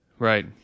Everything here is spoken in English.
Right